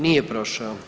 Nije prošao.